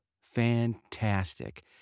fantastic